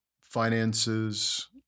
finances